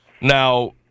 now